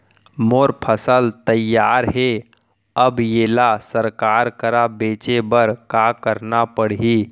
मोर फसल तैयार हे अब येला सरकार करा बेचे बर का करना पड़ही?